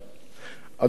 אדוני ראש הממשלה,